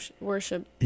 worship